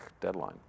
deadline